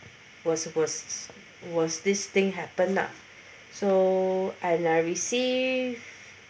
was was was this thing happen ah so and I received